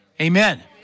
Amen